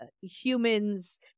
humans